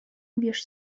wiesz